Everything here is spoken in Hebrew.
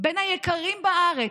בין היקרים בארץ,